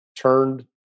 turned